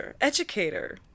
educator